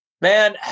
Man